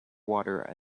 water